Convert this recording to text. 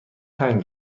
تنگ